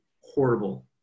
horrible